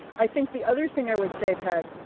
i think the other thing i would say, peg,